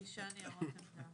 ומגישה ניירות עמדה.